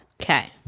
Okay